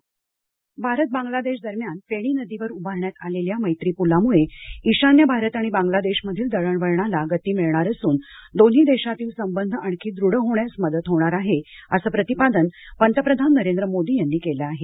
पंतप्रधान भारत बांगलादेश दरम्यान फेणी नदीवर उभारण्यात आलेल्या मैत्री पुलामुळे ईशान्य भारत आणि बांगलादेशमधील दळणवळणाला गती मिळणार असून दोन्ही देशातील संबंध आणखी दृढ होण्यास मदत होणार आहे असं प्रतिपादन पंतप्रधान नरेंद्र मोदी यांनी केलं आहे